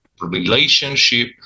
relationship